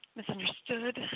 misunderstood